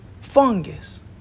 Fungus